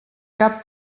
cap